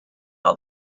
all